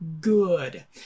Good